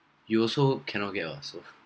you also cannot get what also